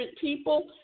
people